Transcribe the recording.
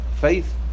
faith